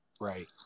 Right